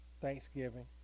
thanksgiving